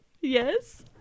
Yes